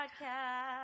podcast